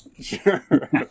Sure